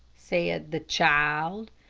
said the child,